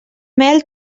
mel